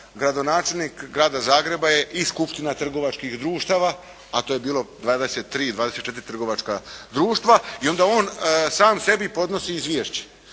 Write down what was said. gradonačelnik Grada Zagreba je i skupština trgovačkih društava, a to je bilo 23, 24 trgovačka društva. I onda on sam sebi podnosi izvješće.